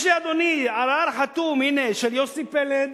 יש לאדוני ערר חתום, הנה, של יוסי פלד,